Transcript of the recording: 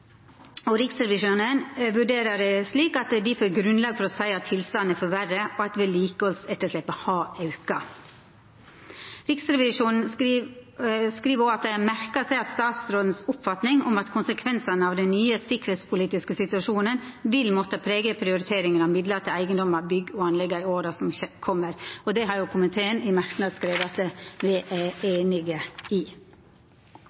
Riksrevisjonen vurderer det slik at det er difor «grunnlag for å si at tilstanden er forverret, og at vedlikeholdsetterslepet har økt». Riksrevisjonen skriv òg at ein har «merket seg statsråden oppfatning om at konsekvensene av den nye sikkerhetspolitiske situasjonen vil måtte prege prioriteringene av midler til eiendom, bygg og anlegg i årene som kommer». Det har komiteen i merknadene skrive at me er